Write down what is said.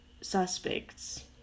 suspects